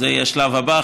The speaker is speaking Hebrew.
וזה יהיה השלב הבא,